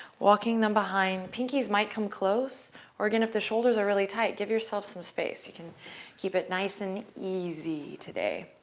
walking them behind, pinkies might come close or, again, if the shoulders are really tight, give yourself some space. you can keep it nice and easy today.